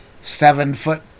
seven-foot